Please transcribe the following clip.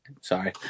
sorry